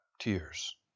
tears